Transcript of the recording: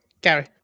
Gary